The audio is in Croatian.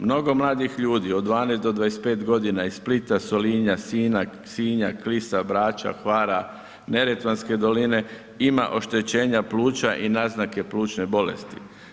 Mnogo mladih ljudi od 12-25 godina iz Splita, Solina, Sinja, Klisa, Brača, Hvara, Neretvanske doline ima oštećenja pluća i naznake plućne bolesti.